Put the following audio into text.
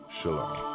Shalom